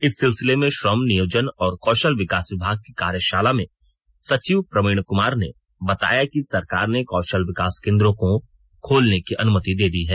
इस सिलसिले में श्रम नियोजन और कौशल विकास विभाग की कार्यशाला में सचिव प्रवीण कुमार ने बताया कि सरकार ने कौशल विकास केंद्रों को खोलने की अनुमति दे दी है